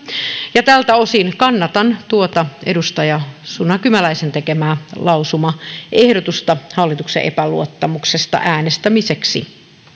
ja kannatan tuota edustaja suna kymäläisen tekemää lausumaehdotusta hallituksen epäluottamuksesta äänestämiseksi